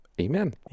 Amen